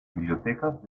bibliotecas